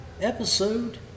episode